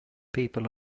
people